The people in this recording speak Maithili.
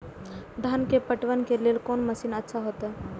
धान के पटवन के लेल कोन मशीन अच्छा होते?